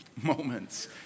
moments